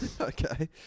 Okay